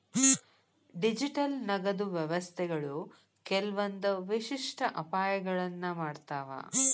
digital ನಗದು ವ್ಯವಸ್ಥೆಗಳು ಕೆಲ್ವಂದ್ ವಿಶಿಷ್ಟ ಅಪಾಯಗಳನ್ನ ಮಾಡ್ತಾವ